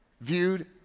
viewed